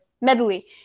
Medley